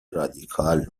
رادیکال